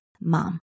mom